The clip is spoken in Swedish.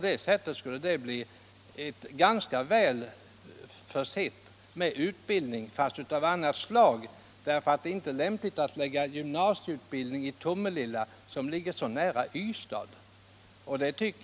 Därigenom skulle Tomelilla bli ganska väl försett med utbildningsmöjligheter, om än av något annat slag eftersom det inte är lämpligt att förlägga gymnasieutbildning till Tomelilla, som ligger så nära Ystad.